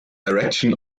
direction